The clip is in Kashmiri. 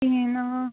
کہینۍ